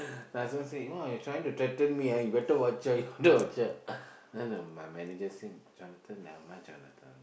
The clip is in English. the husband say !wah! you trying to threaten me ah you better watch out you better watch out then the my manager say Jonathan nevermind Jonathan